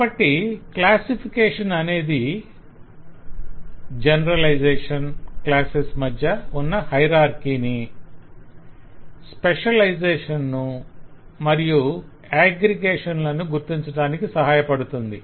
కాబట్టి క్లాసిఫికేషన్ అనేది generalisation classes మధ్య ఉన్న హయరార్కి ను స్పెషలైజేషన్ ను మరియు ఏగ్గ్రెగేషణ్ లను గుర్తించడానికి సహాయ పడుతుంది